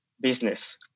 business